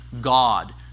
God